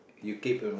you keep